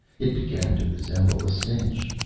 it began to resemble a cinch.